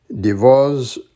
Divorce